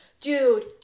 Dude